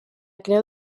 creu